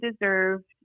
deserved